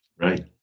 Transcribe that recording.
Right